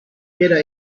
era